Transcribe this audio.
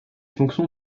fonctions